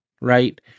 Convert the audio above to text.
right